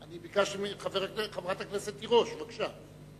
חברת הכנסת תירוש, בבקשה.